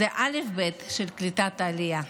זה אלף-בית של קליטת העלייה.